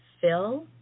Fill